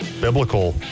biblical